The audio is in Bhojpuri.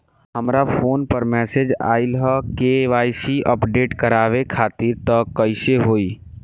हमरा फोन पर मैसेज आइलह के.वाइ.सी अपडेट करवावे खातिर त कइसे होई?